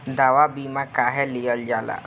दवा बीमा काहे लियल जाला?